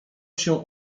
się